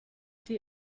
die